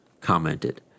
commented